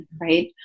right